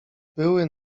były